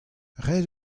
ret